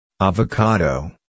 avocado